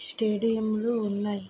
స్టేడియంలు ఉన్నాయి